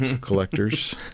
collectors